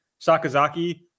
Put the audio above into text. Sakazaki